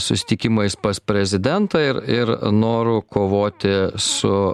susitikimais pas prezidentą ir ir noru kovoti su